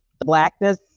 blackness